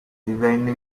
divenne